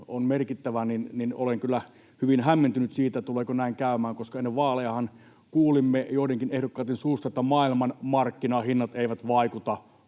on merkittävä, niin olen kyllä hyvin hämmentynyt siitä, tuleeko näin käymään, koska ennen vaalejahan kuulimme joidenkin ehdokkaiden suusta, että maailmanmarkkinahinnat eivät vaikuta